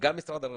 וגם משרד הרווחה,